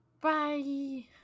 Bye